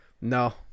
No